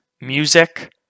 music